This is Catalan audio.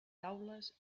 taules